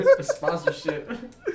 Sponsorship